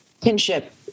kinship